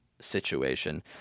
situation